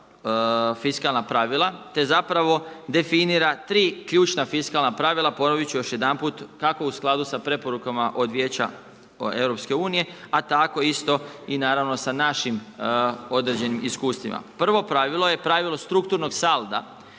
fiskalna pravila te zapravo definira tri ključna fiskalna pravila. Ponoviti ću još jedanput, kako u skladu sa preporukama od Vijeća EU a tako isto i naravno sa našim određenim iskustvima. Prvo pravilo je pravilo strukturnog salda.